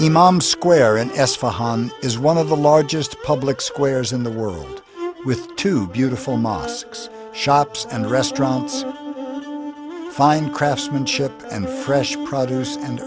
thousand square in s for han is one of the largest public squares in the world with two beautiful mosques shops and restaurants fine craftsmanship and fresh produce and